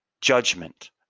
judgment